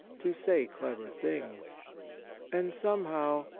to say clever things and, somehow,